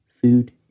food